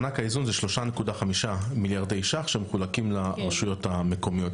מענק האיזון זה 3.5 מיליארד ש"ח שמחולקים לרשויות המקומיות,